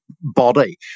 body